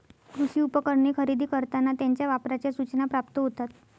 कृषी उपकरणे खरेदी करताना त्यांच्या वापराच्या सूचना प्राप्त होतात